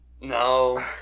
No